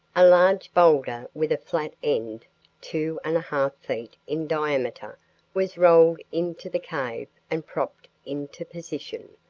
a large boulder with a flat end two and a half feet in diameter was rolled into the cave and propped into position,